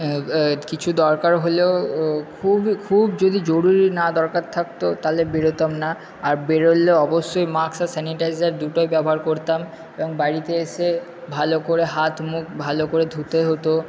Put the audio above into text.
কিছু দরকার হলেও খুবই খুব যদি জরুরি না দরকার থাকতো তাহলে বেরোতাম না আর বেরোলে অবশ্যই মাস্ক আর সানিটাইজার দুটোই ব্যবহার করতাম এবং বাড়িতে এসে ভালো করে হাত মুখ ভালো করে ধুতে হতো